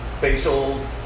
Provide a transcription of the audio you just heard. facial